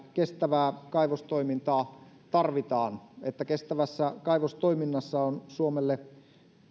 kestävää kaivostoimintaa tarvitaan että kestävässä kaivostoiminnassa on suomelle